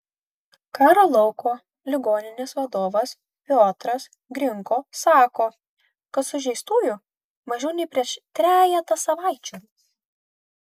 karo lauko ligoninės vadovas piotras grinko sako kad sužeistųjų mažiau nei prieš trejetą savaičių